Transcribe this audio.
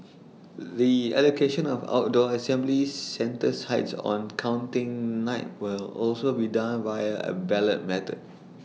the allocation of outdoor assembly centre sites on counting night will also be done via A ballot method